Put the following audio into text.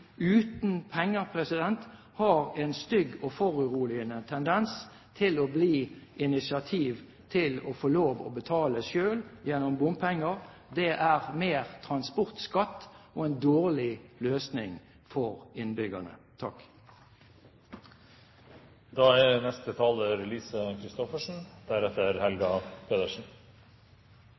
uten penger har en stygg og foruroligende tendens til å bli initiativ som gir lov til å betale selv, gjennom bompenger. Det er mer transportskatt og en dårlig løsning for innbyggerne. Jeg skal starte med en selvfølgelighet: «En sterk og sunn kommuneøkonomi er